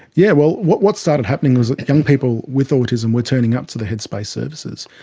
yeah well, what what started happening was that young people with autism were turning up to the headspace services,